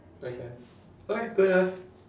okay okay good enough